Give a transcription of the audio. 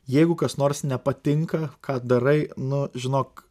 jeigu kas nors nepatinka ką darai nu žinok